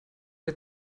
der